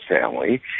family